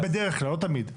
בדרך כלל, לא תמיד.